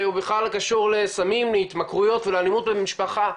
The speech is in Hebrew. בכלל קשור לסמים התמכרויות ולאלימות במשפחה,